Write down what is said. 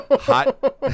Hot